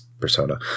Persona